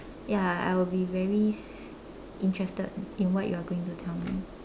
ya I will be very interested in what you are going to tell me